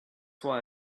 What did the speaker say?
why